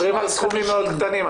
מדברים על סכומים מאוד קטנים.